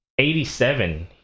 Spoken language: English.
87